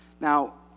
Now